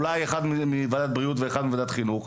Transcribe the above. אולי יהיה שם נציג אחד מוועדת הבריאות ונציג אחד מוועדת החינוך,